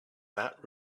that